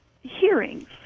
hearings